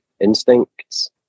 instincts